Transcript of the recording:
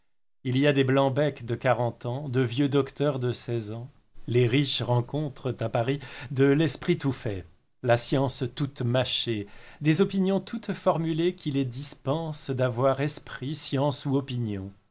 il y a des blancs becs de quarante ans de vieux docteurs de seize ans les riches rencontrent à paris de l'esprit tout fait la science toute mâchée des opinions toutes formulées qui les dispensent d'avoir esprit science ou opinion